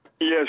yes